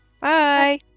Bye